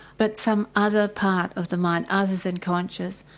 but some other part of the mind other than conscious.